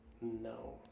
No